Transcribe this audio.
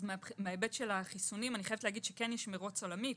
אז בהיבט של החיסונים יש מרוץ עולמי,